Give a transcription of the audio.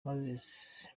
moses